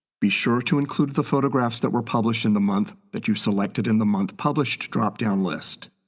be sure to include the photographs that were published in the month that you selected in the month published drop town list.